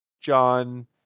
John